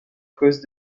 cause